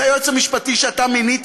זה היועץ המשפטי שאתה מינית,